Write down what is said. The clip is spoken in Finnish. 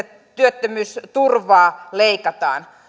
työttömyysturvaa leikataan